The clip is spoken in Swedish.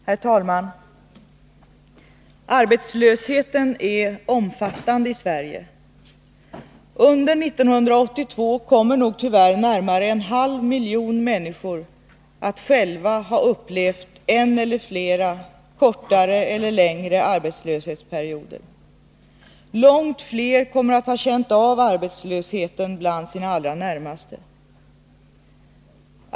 Herr talman! Arbetslösheten är omfattande i Sverige. Under 1982 kommer nog tyvärr totalt närmare en halv miljon människor att uppleva en eller flera kortare eller längre arbetslöshetsperioder. Långt fler kommer att ha känt av arbetslösheten bland sina allra närmaste.